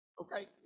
Okay